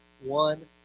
one